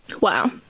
Wow